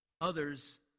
others